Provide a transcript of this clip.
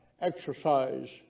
exercise